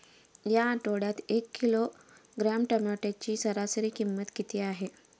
या आठवड्यात एक किलोग्रॅम टोमॅटोची सरासरी किंमत किती आहे?